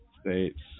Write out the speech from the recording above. states